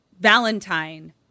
Valentine